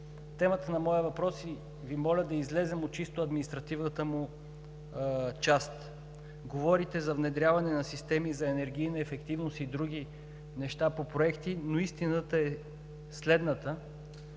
Темата на моя въпрос – и Ви моля да излезем от чисто административната му част – говорите за внедряване на системи за енергийна ефективност и други неща по проекти, но истината е следната: